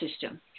system